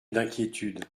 d’inquiétude